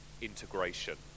integration